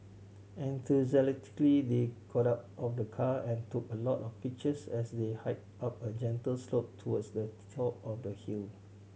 enthusiastically they got up of the car and took a lot of pictures as they hiked up a gentle slope towards the top of the hill